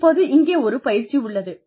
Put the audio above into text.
இப்போது இங்கே ஒரு பயிற்சி உள்ளது